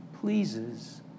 pleases